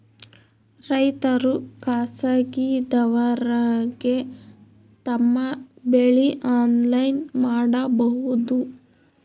ರೈತರು ಖಾಸಗಿದವರಗೆ ತಮ್ಮ ಬೆಳಿ ಆನ್ಲೈನ್ ಮಾರಬಹುದು?